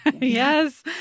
yes